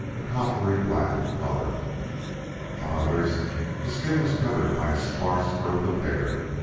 a coppery-black in color on others the skin was covered by a sparse growth of hair.